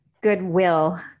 goodwill